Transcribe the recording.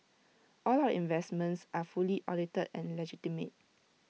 all of our investments are fully audited and legitimate